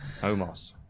Omos